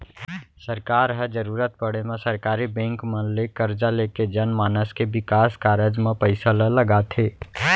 सरकार ह जरुरत पड़े म सरकारी बेंक मन ले करजा लेके जनमानस के बिकास कारज म पइसा ल लगाथे